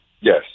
Yes